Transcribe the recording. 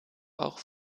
auch